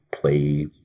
play